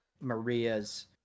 Maria's